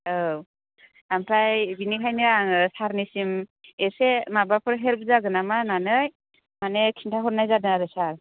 औ ओमफ्राय बिनिखायनो आङो सारनिसिम एसे माबाफोर हेल्प जागोन नामा होननानै माने खिन्थाहरनाय जादों आरो सार